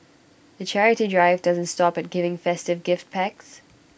the charity drive doesn't stop at giving festive gift packs